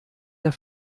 der